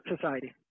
society